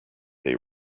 they